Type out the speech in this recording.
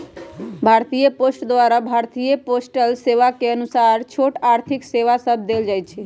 भारतीय पोस्ट द्वारा भारतीय पोस्टल सेवा के अनुसार छोट आर्थिक सेवा सभ देल जाइ छइ